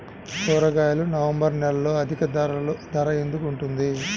కూరగాయలు నవంబర్ నెలలో అధిక ధర ఎందుకు ఉంటుంది?